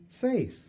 faith